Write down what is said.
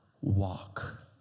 walk